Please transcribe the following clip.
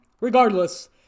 Regardless